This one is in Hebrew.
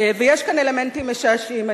ויש כאן אלמנטים משעשעים,